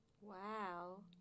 Wow